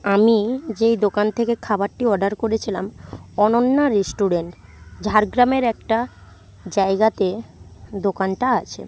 আমি যেই দোকান থেকে খাবারটি অর্ডার করেছিলাম অনন্যা রেস্টুরেন্ট ঝাড়গ্রামের একটা জায়গাতে দোকানটা আছে